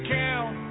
count